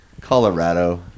Colorado